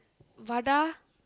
வாடா:vaadaa